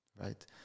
Right